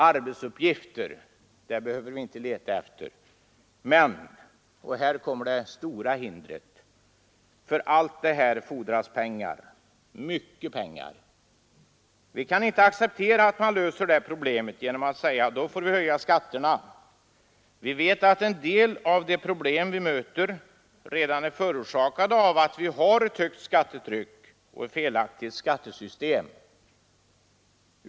Arbetsuppgifter behöver vi inte leta efter. Men — och här kommer det stora hindret — för allt detta fordras det pengar, mycket pengar. Vi kan inte acceptera att man löser det problemet genom att säga att skatterna då måste höjas. Vi vet att en del av de problem vi möter redan är förorsakade av att vi har ett högt skattetryck och ett felaktigt skattesystem.